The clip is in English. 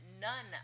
none